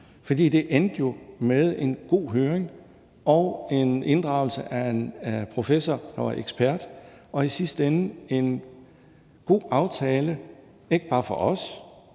for det endte jo med en god høring og en inddragelse af en professor, der var ekspert, og i sidste ende en god aftale – ikke bare for os,